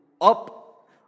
up